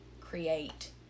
create